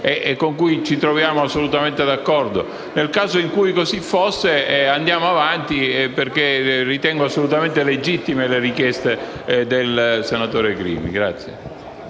noi ci troviamo assolutamente d'accordo. Se così fosse, andiamo avanti, perché ritengo assolutamente legittime le richieste del senatore Crimi.